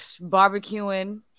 Barbecuing